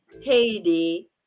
Haiti